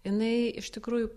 jinai iš tikrųjų